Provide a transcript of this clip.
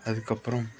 அதுக்கப்புறம்